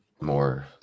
more